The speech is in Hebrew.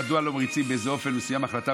מדוע לא מריצים באיזה אופן מסוים החלטה